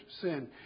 sin